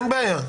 אין בעיה.